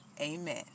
amen